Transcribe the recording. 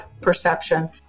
perception